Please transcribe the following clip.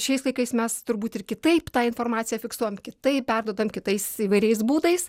šiais laikais mes turbūt ir kitaip tą informaciją fiksuojam kitaip perduodam kitais įvairiais būdais